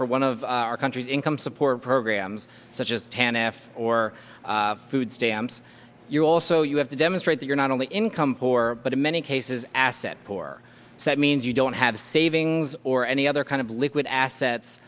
for one of our country's income support programs such as tan af or food stamps you also you have to demonstrate that you're not only income for but in many cases asset poor that means you don't have savings or any other kind of liquid assets